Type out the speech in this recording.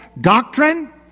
doctrine